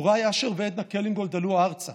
הוריי, אשר ועדנה קילינגולד, עלו ארצה